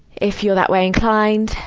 if you're that way, inclined.